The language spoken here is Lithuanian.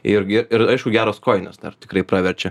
irgi ir aišku geros kojinės dar tikrai praverčia